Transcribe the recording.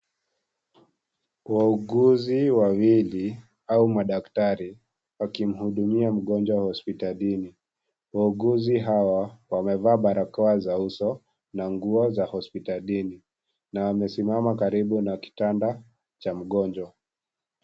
Wauguzi wawili au madaktari, wakimhudumia mgonjwa wa kidadini. Wauguzi hawa, wamevaa balakoa za uso na nguo za hospitalini, na wamesimama karibu na kitanda cha mgonjwa.